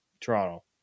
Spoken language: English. Toronto